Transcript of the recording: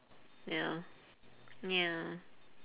ya ya